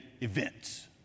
events